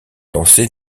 lancer